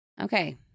Okay